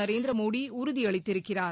Narendra Modi உறுதியளித்திருக்கிறார்